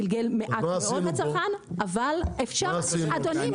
גלגל מעט מאוד לצרכן אבל אפשר --- ומה עשינו בזה?